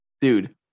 Dude